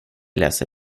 löser